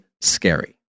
scary